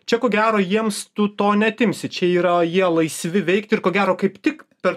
čia ko gero jiems tu to neatimsi čia yra jie laisvi veikti ir ko gero kaip tik per